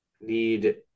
need